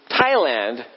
Thailand